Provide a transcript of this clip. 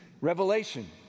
Revelation